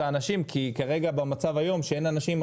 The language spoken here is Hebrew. האנשים' כי כרגע במצב היום שאין אנשים,